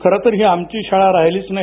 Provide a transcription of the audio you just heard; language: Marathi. खरं तर ही आमची शाळा राहीलीच नाही